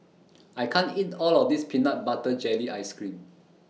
I can't eat All of This Peanut Butter Jelly Ice Cream